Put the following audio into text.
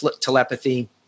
Telepathy